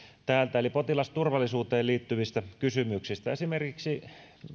täältä eli potilasturvallisuuteen liittyvistä kysymyksistä esimerkiksi